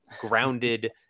grounded